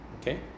Okay